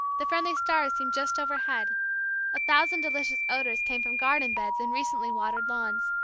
the friendly stars seemed just overhead a thousand delicious odors came from garden beds and recently watered lawns.